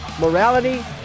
morality